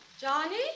Johnny